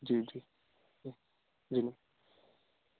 जी जी जी